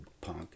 punk